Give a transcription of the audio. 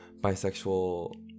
bisexual